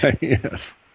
Yes